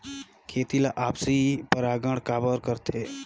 खेती ला आपसी परागण काबर करथे?